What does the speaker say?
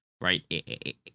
right